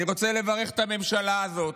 אני רוצה לברך את הממשלה הזאת,